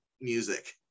music